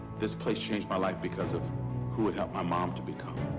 this place changed my life because of who it helped my bomb to become.